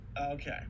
Okay